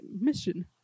mission